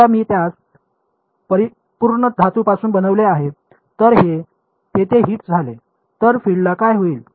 समजा मी त्यास परिपूर्ण धातूपासून बनवले आहे जर हे तेथे हिट झाले तर फिल्डला काय होईल